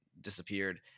disappeared